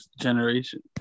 generation